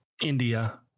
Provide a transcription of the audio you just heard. India